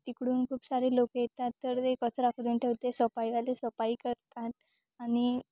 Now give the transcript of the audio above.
तिकडून खूप सारे लोक येतात तर ते कचरा करून ठेवते सफाईवाले सफाई करतात आणि